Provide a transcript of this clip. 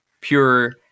pure